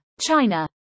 China